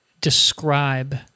describe